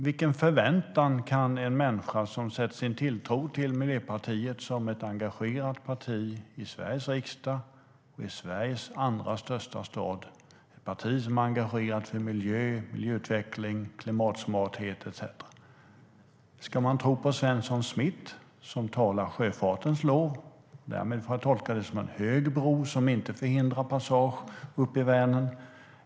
Vilka förväntningar kan en människa ha som sätter sin tilltro till Miljöpartiet som ett engagerat parti i Sveriges riksdag och i Sveriges andra största stad, ett parti som är engagerat i miljö, miljöutveckling, klimatsmarthet etcetera? Ska hon tro på Svensson Smith, som sjunger sjöfartens lov, vilket jag tolkar som ett förordande av en hög bro som inte förhindrar passage upp i Vänern?